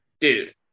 dude